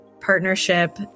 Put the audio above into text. partnership